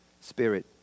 spirit